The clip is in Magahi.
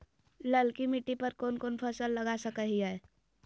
ललकी मिट्टी पर कोन कोन फसल लगा सकय हियय?